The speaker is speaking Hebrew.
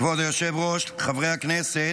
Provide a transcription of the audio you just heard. כבוד היושב-ראש, חברי הכנסת,